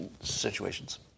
situations